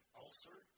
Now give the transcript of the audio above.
ulcer